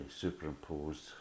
superimposed